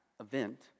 event